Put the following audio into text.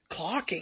clocking